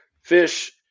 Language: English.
fish